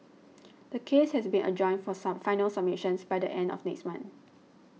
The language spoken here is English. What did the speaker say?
the case has been adjourned for sub final submissions by the end of next month